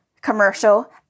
commercial